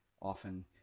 often